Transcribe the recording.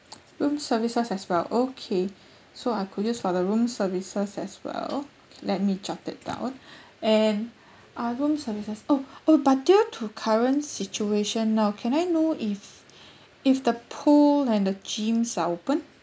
room services as well okay so I could use for the room services as well let me jot it down and ah room services oh oh but due to current situation now can I know if if the pool and the gyms are open